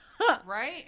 Right